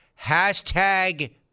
Hashtag